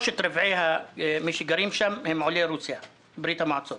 3/4 ממי שגרים שם הם עולים מברית המועצות